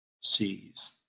sees